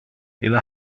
ille